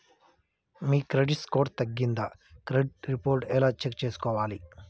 మీ credit score తగ్గిందా credit report ఎలా check చేసుకోవాలి?